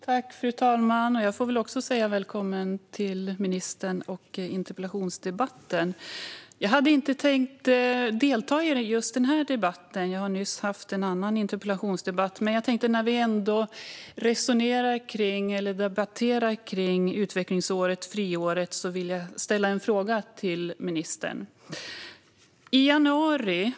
Fru talman! Jag vill också välkomna ministern till interpellationsdebatten. Jag hade inte tänkt delta i denna debatt; jag har nyss haft en annan interpellationsdebatt. Men när vi ändå debatterar utvecklingsåret eller friåret vill jag ställa en fråga till ministern.